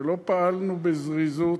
שלא פעלנו בזריזות,